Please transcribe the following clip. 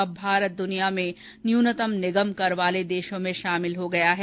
अब भारत दुनिया में न्यूनतम निगम कर वाले देशों में शामिल हो गया है